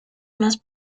más